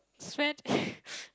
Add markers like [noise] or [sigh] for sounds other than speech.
spend [breath]